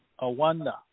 Awanda